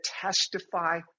testify